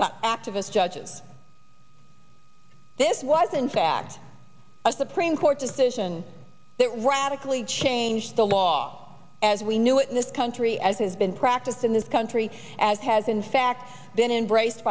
about activist judges this was in fact a supreme court decision that radically changed the law as we knew it in this country as has been practiced in this country as has in fact been embraced